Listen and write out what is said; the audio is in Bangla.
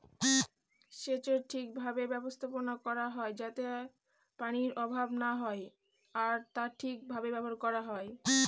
সেচের ঠিক ভাবে ব্যবস্থাপনা করা হয় যাতে পানির অভাব না হয় আর তা ঠিক ভাবে ব্যবহার করা হয়